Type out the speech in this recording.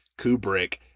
Kubrick